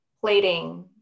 plating